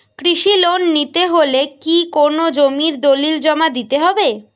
কৃষি লোন নিতে হলে কি কোনো জমির দলিল জমা দিতে হবে?